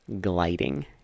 gliding